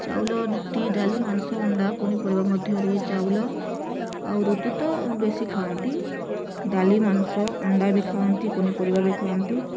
ଚାଉଳ ରୁଟି ଡାଲି ମାଂସ ଅଣ୍ଡା ପନିପରିବା ମଧ୍ୟରୁ ଏଇ ଚାଉଳ ଆଉ ରୁଟି ତ ବେଶୀ ଖାଆନ୍ତି ଡାଲି ମାଂସ ଅଣ୍ଡା ବି ଖାଆନ୍ତି ପନିପରିବା ବି ଖାଆନ୍ତି